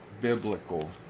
biblical